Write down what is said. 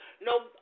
no